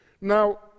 Now